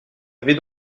avez